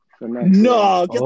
No